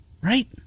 right